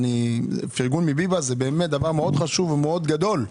פרגון מביבס זה דבר מאוד חשוב וגדול,